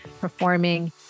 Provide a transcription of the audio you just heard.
performing